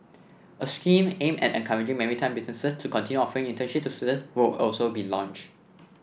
a scheme aimed at encouraging maritime businesses to continue offering internships to students will also be launch